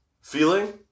feeling